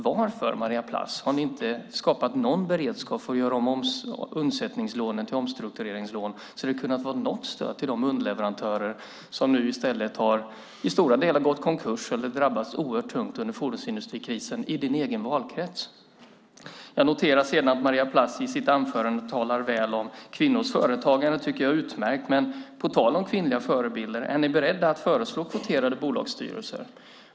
Varför, Maria Plass, har ni inte skapat någon beredskap för att göra om undsättningslånen till omstruktureringslån så att det hade kunnat var något stöd till underleverantörerna? De har nu i stället i stora delar gått i konkurs eller drabbats oerhört tungt under fordonsindustrikrisen, och detta i din egen valkrets. Jag noterar sedan att Maria Plass i sitt anförande talar väl om kvinnors företagande, och det tycker jag är utmärkt. Men på tal om kvinnliga förebilder - är ni beredda att föreslå kvoterade bolagsstyrelser?